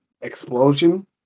explosion